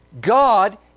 God